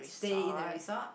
they in the resort